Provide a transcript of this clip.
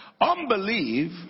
Unbelief